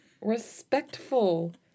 Respectful